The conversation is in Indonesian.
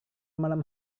malam